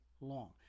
long